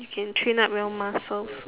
you can train up your muscles mm